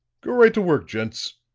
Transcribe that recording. go right to work, gents.